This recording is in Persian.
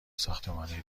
ساختمانی